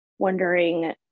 wondering